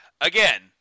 Again